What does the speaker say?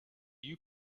you